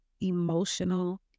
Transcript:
emotional